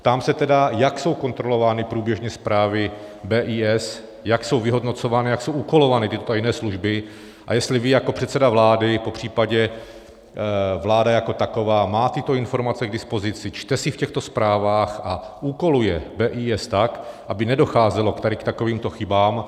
Ptám se tedy, jak jsou kontrolovány průběžně zprávy BIS, jak jsou vyhodnocovány, jak jsou úkolovány tyto tajné služby a jestli vy jako předseda vlády, popřípadě vláda jako taková, má tyto informace k dispozici, čte si v těchto zprávách a úkoluje BIS tak, aby nedocházelo tady k takovýmto chybám.